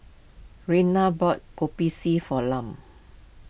Raina bought Kopi C for Lum